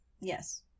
Yes